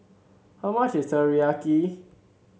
how much is Teriyaki